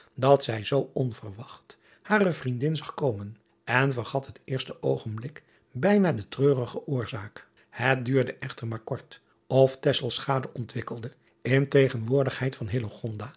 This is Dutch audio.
dat zij zoo onverwacht hare vriendin zag komen en vergat het eerst oogenblik bijna de treurige oorzaak et duurde echter maar kort of ontwikkelde in tegenwoordigheid van